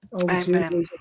Amen